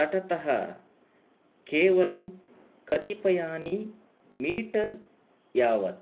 तटतः केवलं कतिपयानि मीटर् यावत्